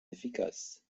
efficace